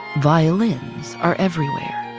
violins are everywhere.